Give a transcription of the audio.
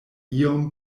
iom